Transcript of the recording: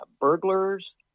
burglars